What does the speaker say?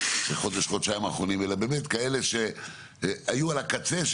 בחודש-חודשיים האחרונים אלא באמת כאלה שהיו על הקצה,